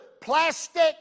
plastic